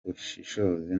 ushishoza